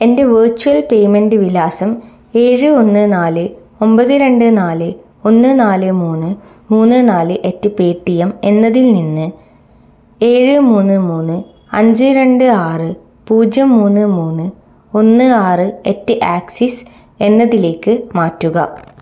എൻ്റെ virtual payment വിലാസം ഏഴ് ഒന്ന് നാല് ഒമ്പത് രണ്ട് നാല് ഒന്ന് നാല് മൂന്ന് മൂന്ന് നാല് അറ്റ് പേ ടി എം എന്നതിൽ നിന്ന് ഏഴ് മൂന്ന് മൂന്ന് അഞ്ച് രണ്ട് ആറ് പൂജ്യം മൂന്ന് മൂന്ന് ഒന്ന് ആറ് അറ്റ് ആക്സിസ് എന്നതിലേക്ക് മാറ്റുക